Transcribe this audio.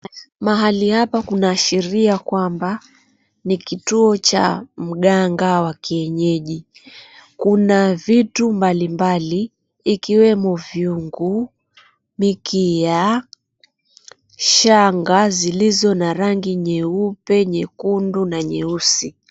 Mahali hapa kunaashiria kwamba ni kituo cha mganga wa kienyeji. Kuna vitu mbalimbali ikiwemo vyungu, mikia, shanga zilizo na rangi nyeupe, nyekundu na nyeusi.